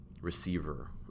receiver